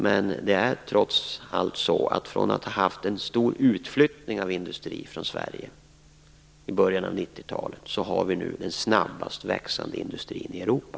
Men från att i början av 90-talet ha haft en stor utflyttning av industri från Sverige, har vi nu den snabbast växande industrin i Europa.